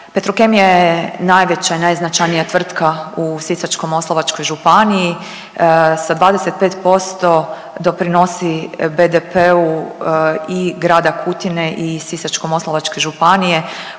Petrokemija je najveća i najznačajnija tvrtka u Sisačko-moslavačkoj županiji, sa 25% doprinosi BDP-u i Grada Kutine i Sisačko-moslavačke županije.